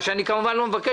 מה שאני כמובן לא מבקש,